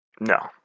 No